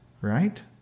Right